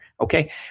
okay